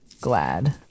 glad